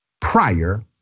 prior